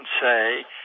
say